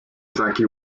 saque